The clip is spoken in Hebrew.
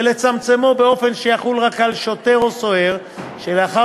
ולצמצמו באופן שיחול רק על שוטר או סוהר שלאחר